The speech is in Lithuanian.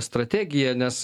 strategija nes